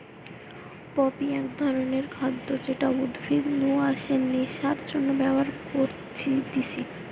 poppy এক ধরণের খাদ্য যেটা উদ্ভিদ নু আসে নেশার জন্যে ব্যবহার করতিছে